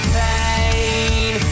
pain